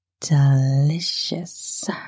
delicious